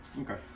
Okay